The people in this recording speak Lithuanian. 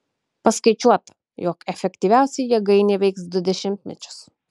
paskaičiuota jog efektyviausiai jėgainė veiks du dešimtmečius